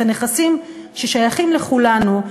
את הנכסים ששייכים לכולנו,